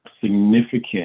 significant